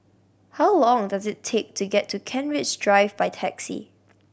how long does it take to get to Kent Ridge Drive by taxi